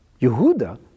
Yehuda